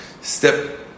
Step